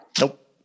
Nope